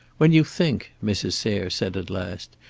when you think, mrs. sayre said at last,